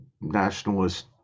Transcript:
nationalist